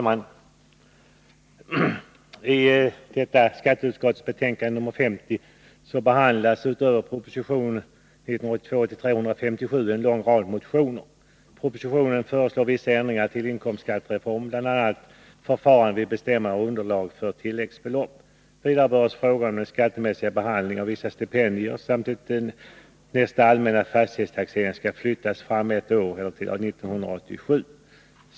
Fru talman! I skatteutskottets betänkande nr 50 behandlas utöver proposition 1982/83:157 en lång rad motioner. I propositionen föreslås vissa förändringar av inkomstskattereformen, bl.a. i fråga om förfarande vid bestämmande av underlag för tilläggsbelopp. Vidare berörs frågan om den skattemässiga behandlingen av vissa stipendier samt att nästa allmänna fastighetstaxering skall flyttas fram ett år, till 1987.